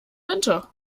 winter